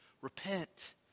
Repent